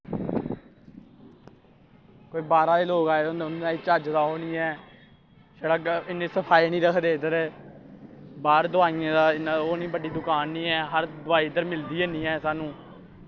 कोई बाह्रा दे लोक आए दे होंदे ने उं'दे कन्नै चज्ज दा ओह् निं ऐ छड़ा इन्नी सफाई निं रक्खदे इद्धर बाह्र दोआइयां दा इन्ना ओह् निं बड्डी दकान निं ऐ हर दोआई इद्धर मिलदी निं ऐ सानूं